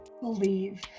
believe